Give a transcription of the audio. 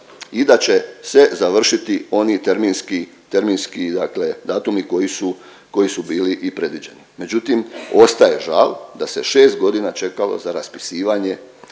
i da će se završiti oni terminski, terminski dakle datumi koji su, koji su bili i predviđeni. Međutim ostaje žal da se 6 godina čekalo za raspisivanje